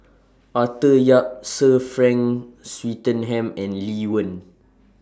Arthur Yap Sir Frank Swettenham and Lee Wen